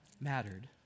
mattered